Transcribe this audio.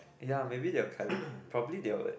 ya maybe they will probably they will